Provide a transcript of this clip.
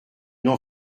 n’en